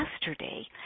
yesterday